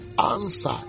answer